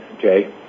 Jay